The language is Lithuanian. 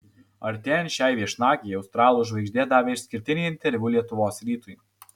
artėjant šiai viešnagei australų žvaigždė davė išskirtinį interviu lietuvos rytui